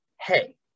Hey